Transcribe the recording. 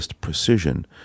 precision